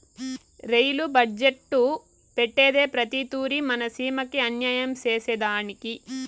rail budget పెట్టేదే ప్రతి తూరి మన సీమకి అన్యాయం సేసెదానికి